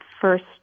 first